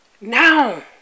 Now